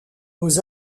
aux